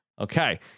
okay